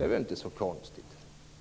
är väl inte så konstigt.